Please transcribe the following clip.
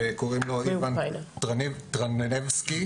שקוראים לו איוון טרנובסקי,